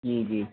जी जी